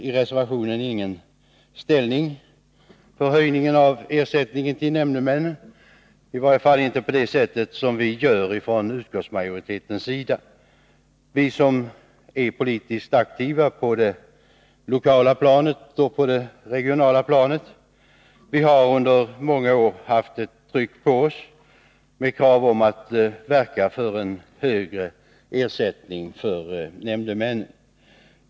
I reservationen tas inte ställning för höjning av ersättningen till nämndemännen, i varje fall inte på det sätt som vi gör från utskottsmajoritetens sida. Vi som är politiskt aktiva på det lokala planet har under många år haft ett tryck på oss i form av krav om att verka för en högre ersättning för nämndemännen.